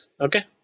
Okay